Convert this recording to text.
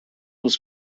was